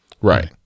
right